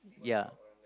y